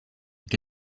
che